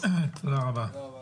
תודה רבה.